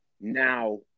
Now